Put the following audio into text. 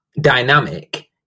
dynamic